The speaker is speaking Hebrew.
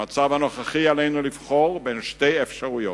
במצב הנוכחי עלינו לבחור בין שתי אפשרויות: